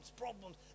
problems